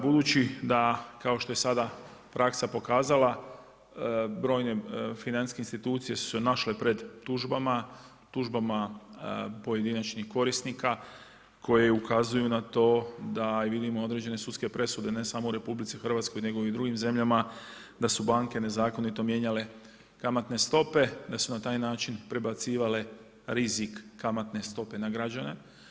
Budući da kao što je sada praksa pokazala brojne financijske institucije su se našle pred tužbama, tužbama pojedinačnih korisnika koje ukazuju na to da i vidimo određene sudske presude ne samo u RH nego i u drugim zemljama, da su banke nezakonito mijenjale kamatne stope, da su na taj način prebacivale rizik kamatne stope na građane.